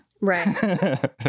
Right